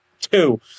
two